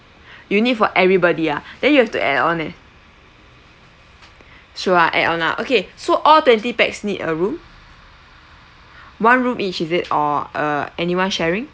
you need for everybody ah then you have to add on eh sure ah add on ah okay so all twenty pax need a room one room each is it or err anyone sharing